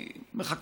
אני מחכה.